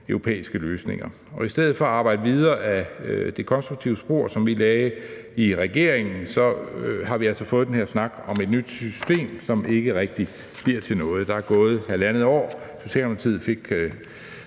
europæiske løsninger. Og i stedet for at arbejde videre ad det konstruktive spor, som vi lagde i regeringen, har vi altså fået den her snak om et nyt system, som ikke rigtig bliver til noget. Der er gået 1½ år, siden